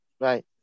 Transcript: Right